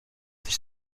sich